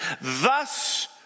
Thus